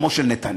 כמו של נתניהו?